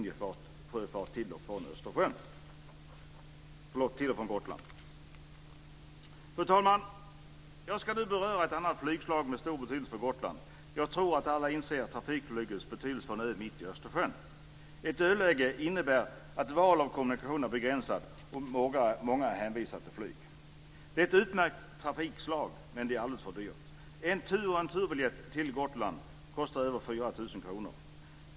Jag ska nu beröra ett annat trafikslag med stor betydelse för Gotland. Jag tror att alla inser trafikflygets betydelse för en ö mitt i Östersjön. Ett öläge innebär att val av kommunikation är begränsat, och många är då hänvisade till flyg. Flyg är ett utmärkt trafikslag, men det är alldeles för dyrt. En tur och returbiljett till Gotland kostar över 4 000 kr.